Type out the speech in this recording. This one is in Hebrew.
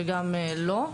וקורסים שלא.